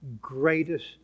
greatest